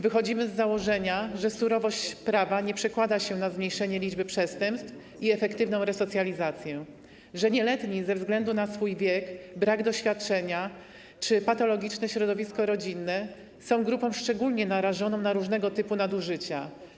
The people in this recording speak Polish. Wychodzimy z założenia, że surowość prawa nie przekłada się na zmniejszenie liczby przestępstw i efektywną resocjalizację, że nieletni ze względu na swój wiek, brak doświadczenia czy patologiczne środowisko rodzinne są grupą szczególnie narażoną na różnego typu nadużycia.